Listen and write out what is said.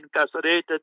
incarcerated